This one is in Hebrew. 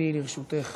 העבודה, הרווחה